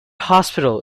hospital